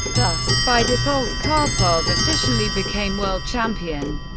thus, by default, karpov officially became world champion.